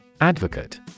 Advocate